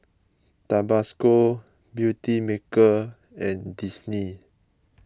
Tabasco Beautymaker and Disney